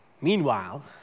Meanwhile